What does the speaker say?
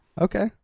okay